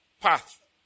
path